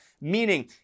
meaning